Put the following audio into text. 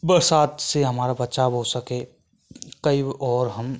बरसात से हमारा बचाव हो सके कहीं और हम